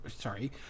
Sorry